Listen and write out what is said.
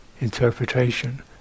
interpretation